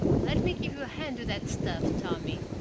let me give you a hand with that stuff, tommy.